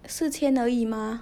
四天而已 mah